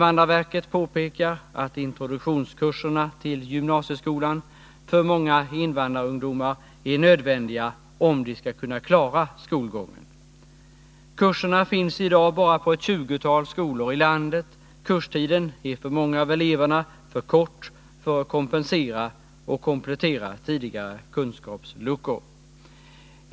Invandrarverket påpekar att introduktionskurserna till gymnasieskolan för många invandrarungdomar är nödvändiga, om de skall kunna klara skolgången. Kurserna finns i dag bara vid ett 20-tal skolor i landet. Kurstiden är för många av eleverna alltför kort för att de skall kunna kompensera och komplettera tidigare luckor i kunskaperna.